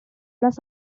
las